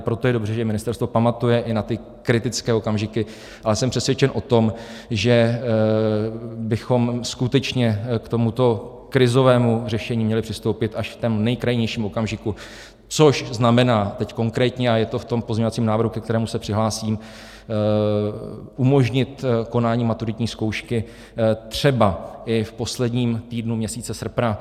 Proto je dobře, že ministerstvo pamatuje i na ty kritické okamžiky, ale jsem přesvědčen o tom, že bychom skutečně k tomuto krizovému řešení měli přistoupit až v tom nejkrajnějším okamžiku, což znamená teď konkrétně, a je to v tom pozměňovacím návrhu, ke kterému se přihlásím, umožnit konání maturitní zkoušky třeba i v posledním týdnu měsíce srpna.